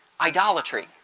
idolatry